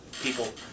people